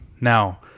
Now